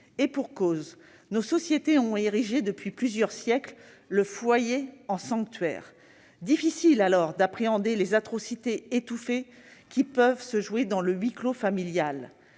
Et pour cause, nos sociétés ont érigé depuis plusieurs siècles le foyer en sanctuaire : difficile, alors, d'appréhender les atrocités étouffées qui peuvent se jouer dans le huis clos familial.